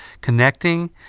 Connecting